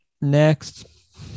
Next